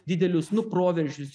didelius nu proveržius